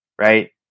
right